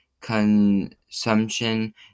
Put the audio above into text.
consumption